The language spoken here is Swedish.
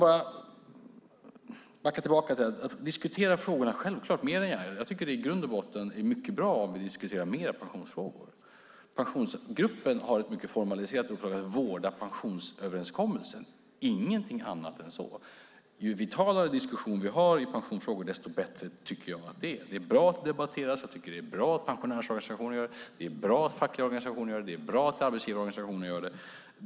Självklart diskuterar jag mer än gärna dessa frågor. Jag tycker att det i grund och botten är mycket bra om vi diskuterar pensionsfrågor mer. Pensionsgruppen har ett mycket formaliserat uppdrag att vårda pensionsöverenskommelsen, ingenting annat än så. Ju vitalare diskussion vi har i pensionfrågor, desto bättre tycker jag att det är. Det är bra att det debatteras. Jag tycker att det är bra att pensionärsorganisationer gör det. Det är bra att fackliga organisationer gör det. Det är bra att arbetsgivarorganisationer gör det.